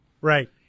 Right